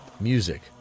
music